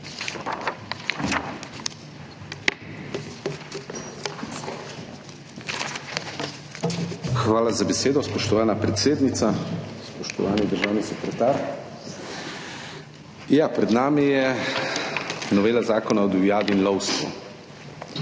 Hvala za besedo, spoštovana predsednica. Spoštovani državni sekretar. Ja, pred nami je novela Zakona o divjadi in lovstvu,